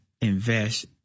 invest